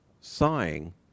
sighing